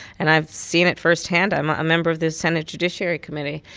and i've seen it firsthand. i am a member of the senate judiciary committee.